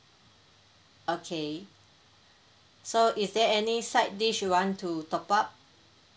okay so is there any side dish you want to top up